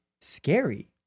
scary